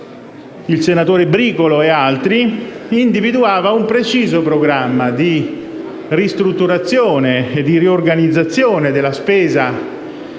Finocchiaro, Bricolo ed altri, individuava un preciso programma di ristrutturazione e di riorganizzazione della spesa